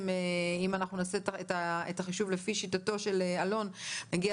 שאם אנחנו נעשה את החישוב לפי שיטתו של אלון דור נגיע